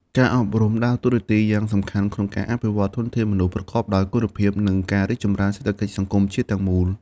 ការអប់រំដើរតួនាទីយ៉ាងសំខាន់ក្នុងការអភិវឌ្ឍធនធានមនុស្សប្រកបដោយគុណភាព និងការរីកចម្រើនសេដ្ឋកិច្ចសង្គមជាតិទាំងមូល។